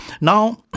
now